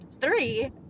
three